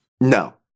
No